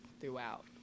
throughout